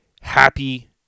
happy